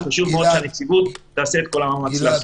וחשוב מאוד שהנציבות תעשה את כל המאמצים.